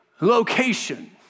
location